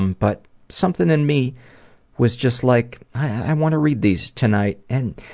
um but something in me was just like, i want to read these tonight, and